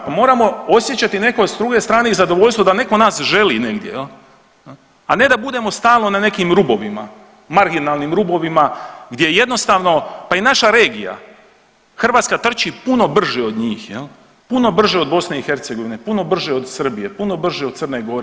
Pa moramo osjećati neko s druge strane i zadovoljstvo da neko nas želi negdje, a ne da budemo stalno na nekim rubovima, marginalnim rubovima gdje jednostavno, pa i naša regija Hrvatska trči puno brže od njih, puno brže od BiH, puno brže od Srbije, puno brže od Crne Gore.